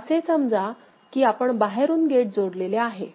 आता असे समजा की आपण बाहेरून गेट जोडलेले आहे